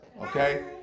Okay